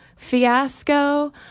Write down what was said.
Fiasco